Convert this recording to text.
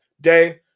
day